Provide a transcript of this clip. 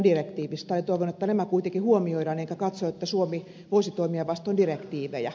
toivon että nämä kuitenkin huomioidaan enkä katso että suomi voisi toimia vastoin direktiivejä